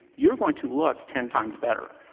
you're going to look ten times better.